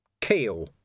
Keel